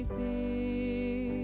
the